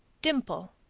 dimple.